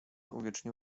uwiecznił